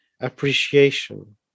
appreciation